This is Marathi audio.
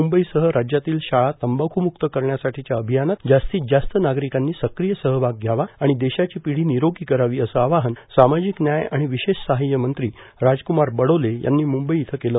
म्ंबईसह राज्यातील शाळा तंबाख्म्क्त करण्यासाठीच्या अभियानात जास्तीत जास्त नागरिकांनी सक्रीय सहभाग घ्यावा आणि देशाची पिढी निरोगी करावीए असं आवाहन सामाजिक न्याय आणि विशेष सहाय्य मंत्री राजक्मार बडोले यांनी मंंबई इथं केलं